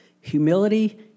Humility